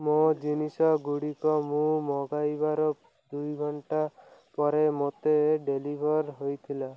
ମୋ ଜିନିଷ ଗୁଡ଼ିକ ମୁଁ ମଗାଇବାର ଦୁଇ ଘଣ୍ଟା ପରେ ମୋତେ ଡେଲିଭର୍ ହୋଇଥିଲା